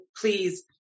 please